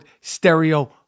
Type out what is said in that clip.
Stereo